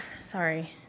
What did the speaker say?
Sorry